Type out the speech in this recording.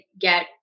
get